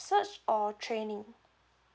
search or training